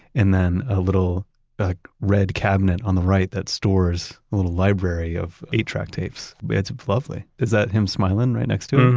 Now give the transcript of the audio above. and then, a little red cabinet on the right that stores a little library of eight-track tapes. it's lovely. is that him smiling right next to it?